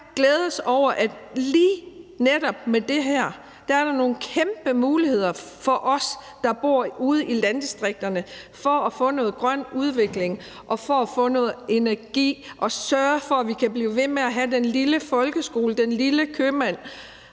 glædes over, at lige netop med det her er der nogle kæmpe muligheder for os, der bor ude i landdistrikterne for at få noget grøn udvikling og for at få noget energi, også at sørge for, at vi kan blive ved med at have den lille folkeskole, den lille købmand